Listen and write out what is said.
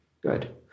Good